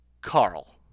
Carl